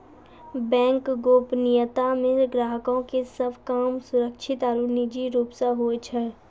bank गोपनीयता मे ग्राहको के सभ काम सुरक्षित आरु निजी रूप से होय छै